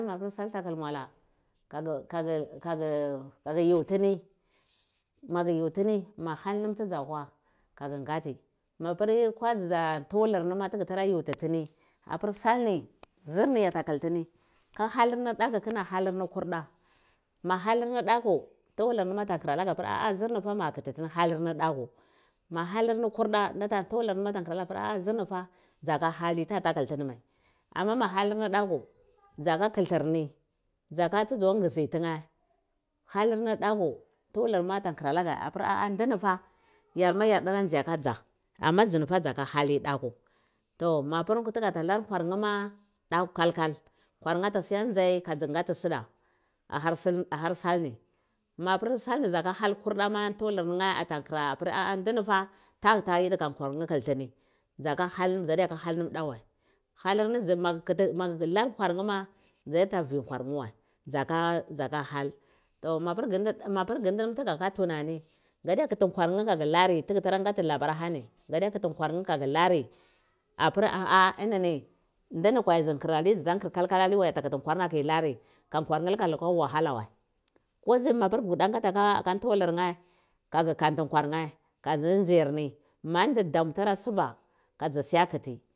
Kagu yutini maga yutini mahala ham tudza kwa kago ngati mapir gha dza tuwalir ni ti gi tara yuti tini apir salni zir ni yata kiltini ka halinnar daku kina halir na kurda ma halirnir daku tuwulir nheh ma a halage zir ni jah magu kititinifa halirni daku ma halini kulda tuwulur nheh far a halaghe ah zirni fa dzaka hali ama ma halirni daku dzaka kilirni dzu ka tu dza ngizi tina halirni da ku tuwulur nhe a holagur an ndinifa yorma yardara nzhe aka dza ama dzinifah dza ka hali daku to maprir tuga ta nar kwor nhrir nheh ma daku kalkal daku ngoti siya nzi kadzi ngati sida a har salni ma pir sal ni dzaka har kulda ma tuwulur nhch ni ata nkra apir ndinifa dagata yide ka kal nheh kiltini dza ka hal dza diya ka hal nam da halir ni ma ma gu dza lar kwar nheh ma dzai ta vi ntewar nheh wai dzaka hal to mapir mapir ngeh ndi nam tmga ka tunani kadiya kiti kwal n heh aga nari tugu kuda ngati labur ahani nga diya kiti nkwar nheh agalari apri ah ah ndinni kwai nzi kur alaizu to nkir kalka aliwai dzu kutali kwarna tai lari ka kawini lika luha wahalawa ko pir ma pir gu kuda zngati aka tuwulor ngeh kaga nkati nkwar nheh ka dzi nzir ni mandu dam tara suba.